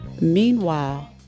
meanwhile